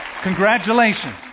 Congratulations